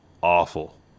awful